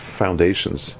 foundations